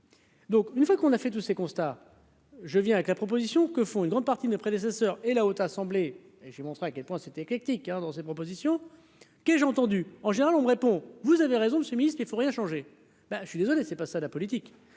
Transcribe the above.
Donc, une fois qu'on a fait tous ces constats, je viens avec la proposition que font une grande partie de mes prédécesseurs et la haute assemblée et j'ai montré à quel point c'était éclectique dans ses propositions que j'ai entendu, en général, on me répond : vous avez raison, monsieur le ministre, il faut rien changer, ben, je suis désolé, c'est pas ça la politique,